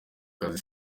kazi